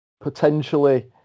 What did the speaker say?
potentially